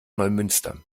neumünster